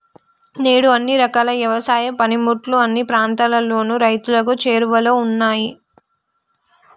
నేడు అన్ని రకాల యవసాయ పనిముట్లు అన్ని ప్రాంతాలలోను రైతులకు చేరువలో ఉన్నాయి